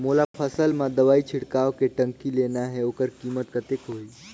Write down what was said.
मोला फसल मां दवाई छिड़काव के टंकी लेना हे ओकर कीमत कतेक होही?